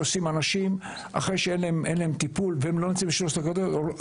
כשלאנשים אין טיפול והם לא נמצאים באף אחת מהקטגוריות,